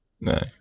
no